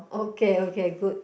okay okay good